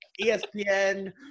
ESPN